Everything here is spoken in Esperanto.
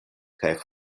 kaj